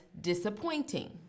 disappointing